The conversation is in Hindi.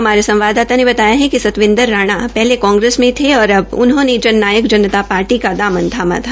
हमारे संवाददाता ने बताया कि संतविंदर राणा पहले कांग्रेस मे थे और अब उन्होंने जन नायक जनता पार्टी का दामन थामा था